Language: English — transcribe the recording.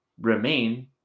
remain